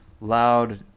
loud